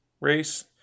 race